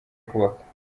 kubaka